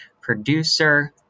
producer